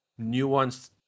nuanced